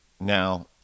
Now